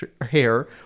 hair